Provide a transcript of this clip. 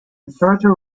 further